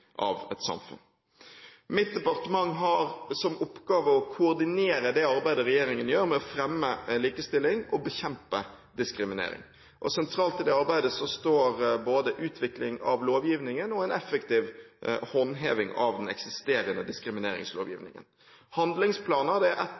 av et samfunn. Mitt departement har som oppgave å koordinere det arbeidet regjeringen gjør for å fremme likestilling og bekjempe diskriminering. Sentralt i det arbeidet står både utvikling av lovgivningen og en effektiv håndheving av den eksisterende